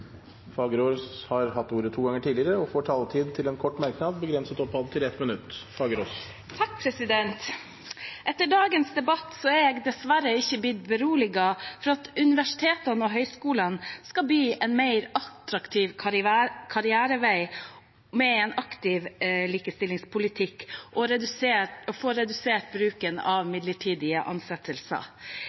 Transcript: Fagerås har hatt ordet to ganger tidligere og får ordet til en kort merknad, begrenset til 1 minutt. Etter dagens debatt er jeg dessverre ikke blitt beroliget med tanke på at universitetene og høyskolene skal bli en mer attraktiv karrierevei med en aktiv likestillingspolitikk og få redusert bruken av midlertidige ansettelser.